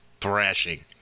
thrashing